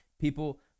People